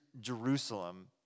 Jerusalem